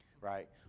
right